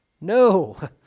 No